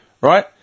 Right